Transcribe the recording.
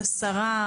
הסרה,